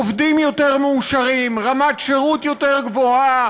עובדים יותר מאושרים, רמת שירות יותר גבוהה